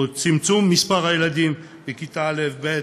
או: צמצום מספר הילדים בכיתה א' וב'